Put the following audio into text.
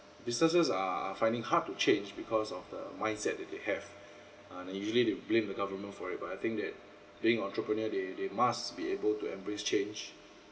businesses uh are finding hard to change because of the mindset that they have uh they usually they'll blame the government for it but I think that being entrepreneur they they must be able to embrace change